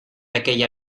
aquella